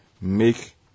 make